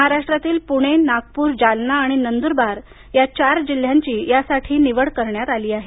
महाराष्ट्रातील पुणे नागपूर जालना आणि नंदूरबार या चार जिल्ह्यांची यासाठी निवड करण्यात आली आहे